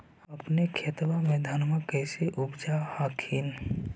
अपने खेतबा मे धन्मा के कैसे उपजाब हखिन?